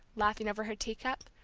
laughing over her teacup.